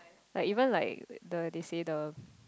like even like the they say the